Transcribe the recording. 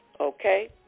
Okay